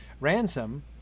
Ransom